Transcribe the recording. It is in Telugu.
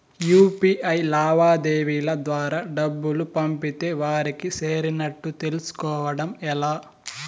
యు.పి.ఐ లావాదేవీల ద్వారా డబ్బులు పంపితే వారికి చేరినట్టు తెలుస్కోవడం ఎలా?